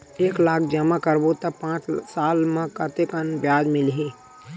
एक लाख जमा करबो त पांच साल म कतेकन ब्याज मिलही?